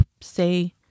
say